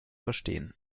verstehen